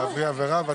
את תעברי עבירה.